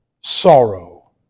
sorrow